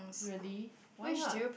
really why not